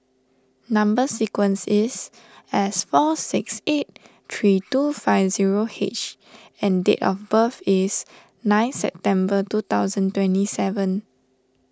Number Sequence is S four six eight three two five zero H and date of birth is ninth September two thousand and twenty seven